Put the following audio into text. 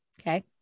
Okay